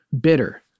bitter